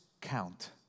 count